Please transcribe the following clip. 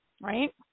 right